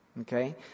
Okay